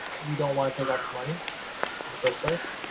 you don't want to take out this money in the first place,